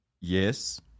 Yes